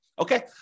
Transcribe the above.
Okay